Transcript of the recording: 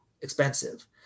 expensive